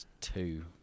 Two